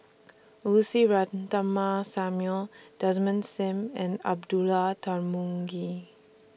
Lucy Ratnammah Samuel Desmond SIM and Abdullah Tarmugi